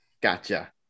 Gotcha